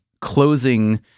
closing